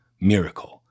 Miracle